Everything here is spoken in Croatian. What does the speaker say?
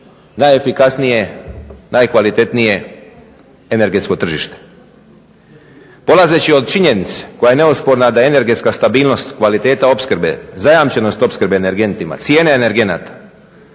najefikasnije, najkvalitetnije energetsko tržište. Polazeći od činjenice koja je neosporna da energetska stabilnost i kvaliteta opskrbe zajamčenost opskrbe energentima, cijene energenata,